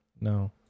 No